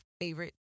favorite